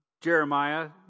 Jeremiah